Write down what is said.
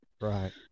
Right